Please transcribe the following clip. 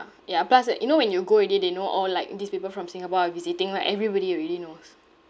ya plus like you know when you go already they know orh like these people from singapore are visiting like everybody already knows